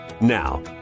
Now